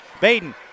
Baden